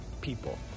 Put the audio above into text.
people